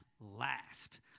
last